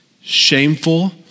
shameful